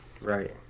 Right